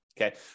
okay